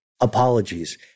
Apologies